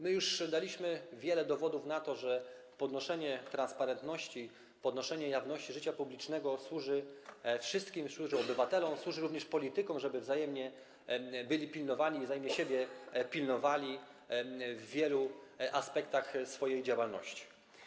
My już daliśmy wiele dowodów na to, że podnoszenie transparentności, podnoszenie jawności życia publicznego służy wszystkim, służy obywatelom, służy również politykom, żeby wzajemnie byli pilnowani i wzajemnie siebie pilnowali w wielu aspektach swojej działalności.